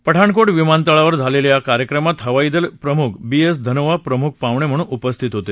पठाणकोट विमान तळावर झालेल्या या कार्यक्रमात हवाई दल प्रमुख बी एस धनोआ प्रमुख पाहुणे म्हणून उपस्थित होते